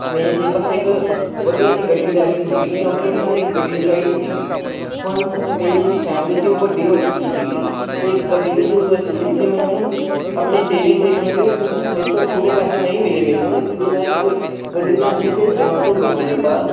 ਮੇਰੇ ਲਈ ਬਸ ਇੱਕ ਵਧੀਆ ਜਿਹੀ ਗੱਡੀ ਰਹਿ ਗਈ ਸੀਗੀ ਕਿਉਂਕਿ ਹੁਣ ਮੈਨੂੰ ਇੱਕ ਗੱਡੀ ਚਾਹੀਦੀ ਸੀਗੀ ਹੁਣ ਸ ਮੇਰੀ ਫੈਮਲੀ ਸੀ ਉਹ ਵੱਡੀ ਹੋ ਚੁੱਕੀ ਸੀਗੀ ਅਤੇ ਇੱਕ ਗੱਡੀ ਦੀ ਜ਼ਰੂਰਤ ਸੀ ਇਸ ਲਈ ਮੈਨੂੰ ਆਪਣੀ ਸੇਵਿੰਗ ਦੇਖਣੀ ਪਈ ਇਸ ਲਈ ਮੇਥੋਂ ਪੂਰੇ ਪੈਸੇ ਨਹੀਂ ਮਿਲੇ ਮੈਨੂੰ ਇਸ ਲਈ ਮੈਂ ਇੱਕ ਗੱਡੀ ਲਿਆਉਣ ਲਈ ਫਿਰ ਬੈਂਕ ਤੋਂ ਲੋਨ ਲਿੱਤਾ